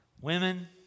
Women